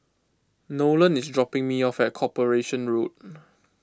Nolen is dropping me off at Corporation Road